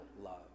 love